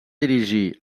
dirigir